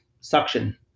suction